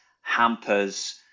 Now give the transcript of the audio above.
hampers